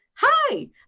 hi